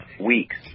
weeks